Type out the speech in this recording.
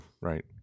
Right